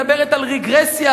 מדברת על רגרסיה,